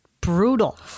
brutal